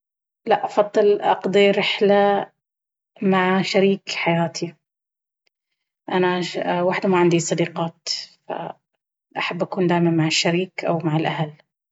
لا أفضل أقضي رحلة مع شريك حياتي. أنا وحدة ماعندي صديقات فأحب أكون دايما مع الشريك أو مع الأهل